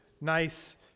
nice